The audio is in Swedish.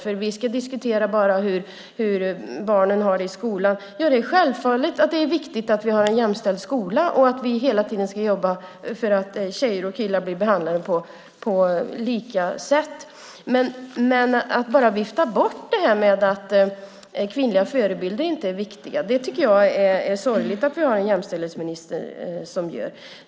Vi ska bara diskutera hur barnen har det i skolan. Det är självklart viktigt att vi har en jämställd skola och att vi hela tiden ska jobba för att tjejer och killar ska bli behandlade lika. Men att bara vifta bort det här med att kvinnliga förebilder inte är viktiga tycker jag är sorgligt att vi har en jämställdhetsminister som gör.